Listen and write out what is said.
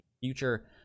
future